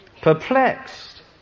Perplexed